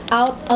out